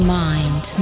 mind